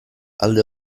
alde